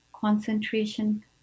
concentration